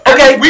Okay